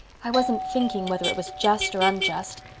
i wasn't thinking whether it was just or unjust.